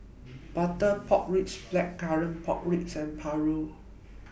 Butter Pork Ribs Blackcurrant Pork Ribs and Paru